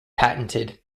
patented